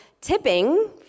Tipping